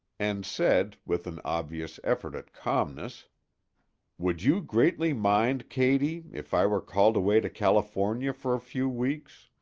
and said, with an obvious effort at calmness would you greatly mind, katy, if i were called away to california for a few weeks?